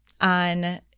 on